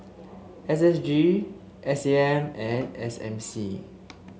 S S G S A M and S M C